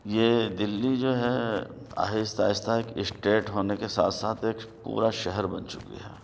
یہ دِلّی جو ہے آہستہ آہستہ ایک اسٹیٹ ہونے کے ساتھ ساتھ ایک پورا شہر بن چکی ہے